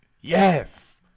yes